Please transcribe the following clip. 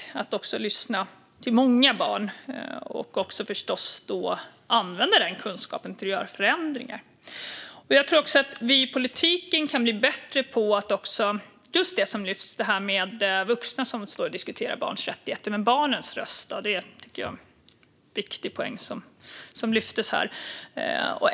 Det är viktigt att lyssna till många barn och förstås också att använda denna kunskap till att göra förändringar. Jag tror också att vi i politiken kan bli bättre på just det som lyfts här - det här med vuxna som står och diskuterar barns rättigheter. Men barnens röst, då? Det tycker jag är en viktig poäng som lyftes.